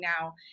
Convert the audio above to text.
now